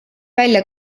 välja